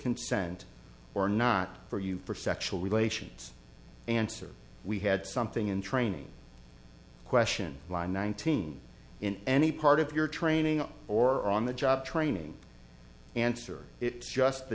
consent or not for you for sexual relations answer we had something in training question line nineteen in any part of your training or on the job training answer it's just the